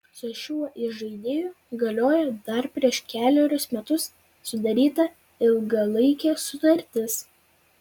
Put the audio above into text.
su šiuo įžaidėju galioja dar prieš kelerius metus sudaryta ilgalaikė sutartis